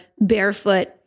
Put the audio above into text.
barefoot